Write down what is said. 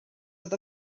oedd